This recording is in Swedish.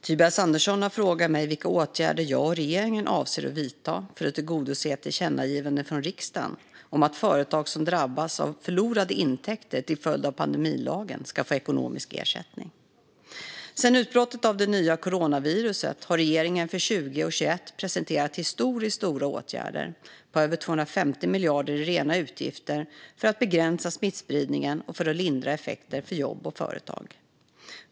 Herr talman! har frågat mig vilka åtgärder jag och regeringen avser att vidta för att tillgodose ett tillkännagivande från riksdagen om att företag som drabbas av förlorade intäkter till följd av pandemilagen ska få ekonomisk ersättning. Sedan utbrottet av det nya coronaviruset har regeringen för 2020 och 2021 presenterat historiskt stora åtgärder på över 250 miljarder i rena utgifter för att begränsa smittspridningen och för att lindra effekter för jobb och företag.